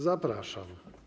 Zapraszam.